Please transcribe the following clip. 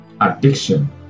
addiction